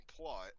plot